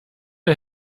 der